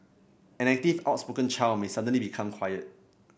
an active outspoken child may suddenly become quiet